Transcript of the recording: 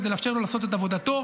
כדי לאפשר לו לעשות את עבודתו.